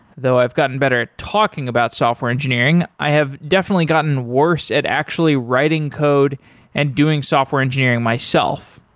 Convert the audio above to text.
though i've gotten better at talking about software engineering, i have definitely gotten worse at actually writing code and doing software engineering myself.